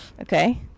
Okay